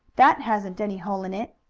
that hasn't any hole in it.